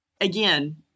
again